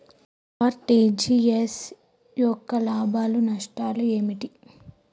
RTGS యొక్క లాభాలు నష్టాలు ఏమిటి?